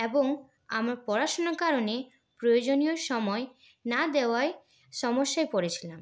এবং আমার পড়াশোনার কারণে প্রয়োজনীয় সময় না দেওয়ায় সমস্যায় পড়েছিলাম